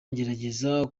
ngerageza